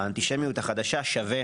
האנטישמיות החדשה שווה